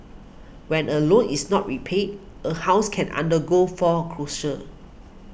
when a loan is not repaid a house can undergo foreclosure